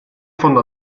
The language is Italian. fondo